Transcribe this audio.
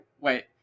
wait